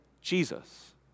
Jesus